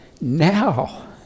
now